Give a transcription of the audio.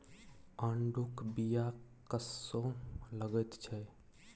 आड़ूक बीया कस्सो लगैत छै